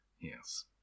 Yes